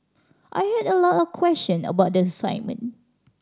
I had a lot of question about the assignment